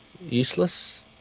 Useless